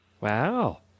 Wow